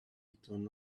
return